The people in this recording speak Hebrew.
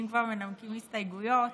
אם כבר מנמקים הסתייגויות,